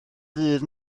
ddydd